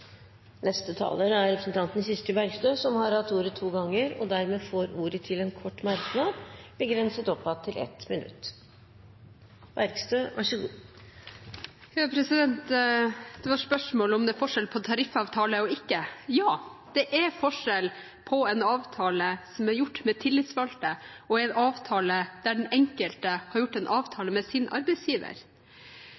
Representanten Kirsti Bergstø har hatt ordet to ganger og får ordet til en kort merknad, begrenset til 1 minutt. Det var spørsmål om det er forskjell på tariffavtale og ikke. Ja, det er forskjell på en avtale som er gjort med tillitsvalgte, og en avtale der den enkelte har gjort en